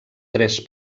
tres